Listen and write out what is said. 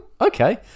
Okay